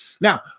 Now